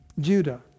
Judah